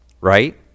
right